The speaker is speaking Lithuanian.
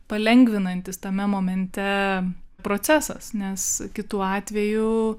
palengvinantis tame momente procesas nes kitu atveju